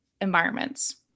environments